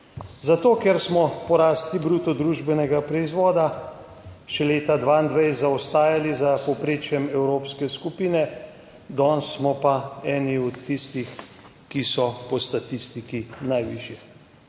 Zato, ker smo po rasti bruto družbenega proizvoda še leta 2022 zaostajali za povprečjem evropske skupine, danes smo pa eni od tistih, ki so po statistiki najvišje.